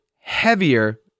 heavier